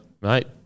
mate